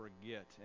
forget